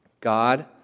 God